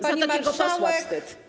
Pani Marszałek!